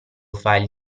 file